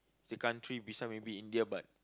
it's a country beside maybe India but